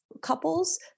couples